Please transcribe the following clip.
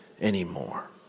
anymore